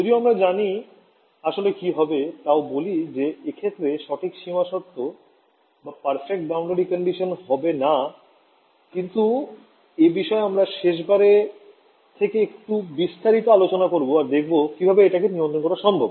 যদিও আমরা জানি আসলে কি হবে তাও বলি যে এক্ষেত্রে সঠিক সীমা শর্ত হবে না কিন্তু এ বিষয়ে আমরা শেষ বারের থেকে একটু বিস্তারিত আলোচনা করবো আর দেখবো কিভাবে একে নিয়ন্ত্রন করা সম্ভব